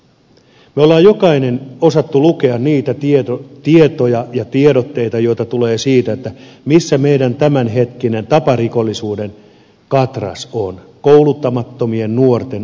me olemme jokainen osanneet lukea niitä tietoja ja tiedotteita joita tulee siitä missä meidän tämänhetkinen taparikollisuuden katras on kouluttamattomien nuorten osalta